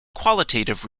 qualitative